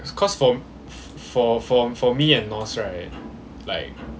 cause for for for for me and noz right like